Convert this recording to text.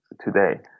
today